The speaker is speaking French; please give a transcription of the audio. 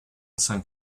cinq